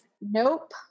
Nope